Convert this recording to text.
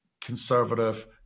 conservative